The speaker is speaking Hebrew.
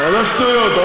זה לא נכון.